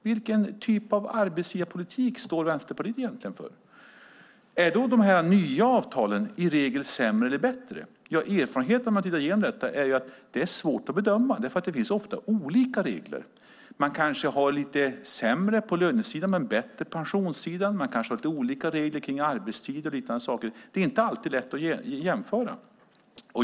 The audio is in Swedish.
Vilken typ av arbetsgivarpolitik står egentligen Vänsterpartiet för? Är då de nya avtalen i regel sämre eller bättre? Erfarenheterna när man tittar igenom detta är att det är svårt att bedöma, för det finns ofta olika regler. Man kanske har lite sämre på lönesidan men bättre på pensionssidan. Man kanske har lite olika regler kring arbetstid och liknande. Det är inte alltid lätt att jämföra.